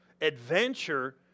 Adventure